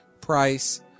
price